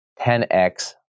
10X